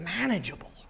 manageable